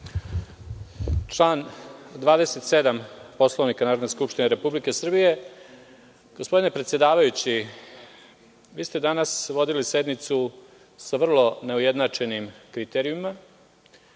Član 27. Poslovnika Narodne skupštine Republike Srbije. Gospodine predsedavajući, vi ste danas vodili sednicu sa vrlo neujednačenim kriterijumima,